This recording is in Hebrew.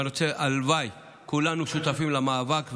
כולנו שותפים למאבק,